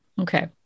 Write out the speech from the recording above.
Okay